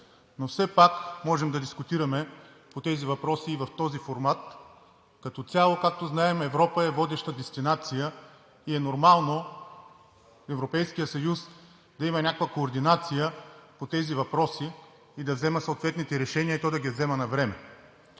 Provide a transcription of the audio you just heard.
Но все пак можем да дискутираме по тези въпроси и в този формат. Като цяло, както знаем, Европа е водеща дестинация и е нормално Европейският съюз да има някаква координация по тези въпроси и да взима съответните решения, и то да ги взема навреме.